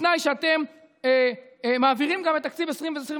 בתנאי שאתם מעבירים גם את תקציב 2021,